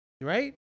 Right